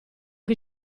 che